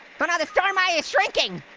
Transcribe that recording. but ah the storm eye is shrinking.